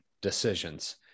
decisions